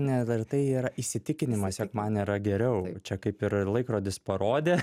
ne dar tai yra įsitikinimas jog man yra geriau čia kaip ir laikrodis parodė